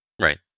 Right